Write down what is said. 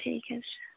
ٹھیٖک حظ چھُ